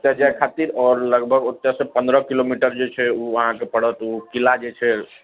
ओतऽ जाय खातिर आओर लगभग ओतऽसँ पन्द्रह किलोमीटर जे छै उ अहाँके पड़त उ किला जे छै